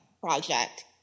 project